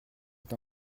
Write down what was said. est